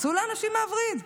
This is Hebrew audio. צאו לאנשים מהווריד.